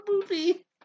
movie